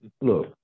look